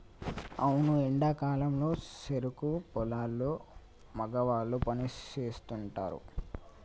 అవును ఎండా కాలంలో సెరుకు పొలాల్లో మగవాళ్ళు పని సేస్తుంటారు